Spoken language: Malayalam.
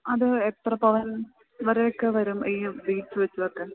അത് എത്ര പവന് വരെയൊക്കെ വരും ഈ ബീഡ്സ് വച്ചതൊക്കെ